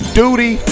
duty